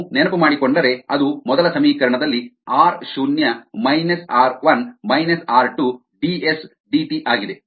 ನೀವು ನೆನಪು ಮಾಡಿಕೊಂಡರೆ ಅದು ಮೊದಲ ಸಮೀಕರಣದಲ್ಲಿ ಆರ್ ಶೂನ್ಯ minus R 1 minus R 2 DS DT ಆಗಿದೆ